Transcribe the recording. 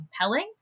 compelling